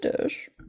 dish